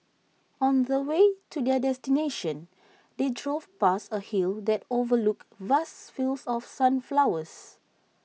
on the way to their destination they drove past A hill that overlooked vast fields of sunflowers